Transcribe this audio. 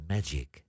Magic